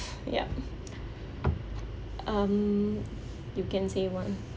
yup um you can say [one]